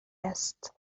هست